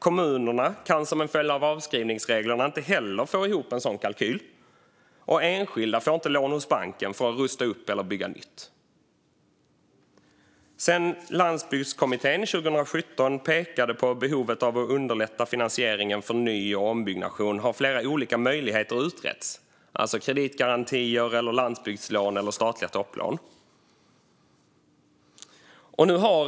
Kommunerna kan som en följd av avskrivningsreglerna inte heller få ihop en sådan kalkyl, och enskilda får inte lån hos banken för att rusta upp eller bygga nytt. Sedan Landsbygdskommittén 2017 pekade på behovet av att underlätta finansieringen av ny och ombyggnation har flera olika möjligheter utretts, till exempel kreditgarantier, landsbygdslån och statliga topplån.